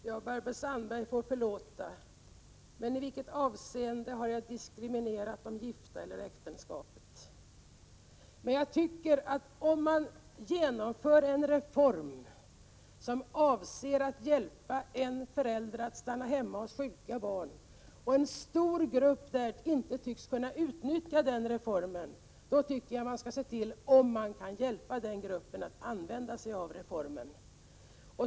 Herr talman! Barbro Sandberg får förlåta, men i vilket avseende har jag diskriminerat de gifta eller äktenskapet? Jag tycker, att om man genomför en reform som avser att hjälpa ensamföräldrar att stanna hemma hos sjuka barn och en stor grupp inte tycks kunna utnyttja den reformen, skall man se efter om man kan hjälpa den gruppen att använda reformen.